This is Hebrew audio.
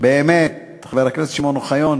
חבר הכנסת שמעון אוחיון,